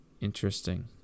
interesting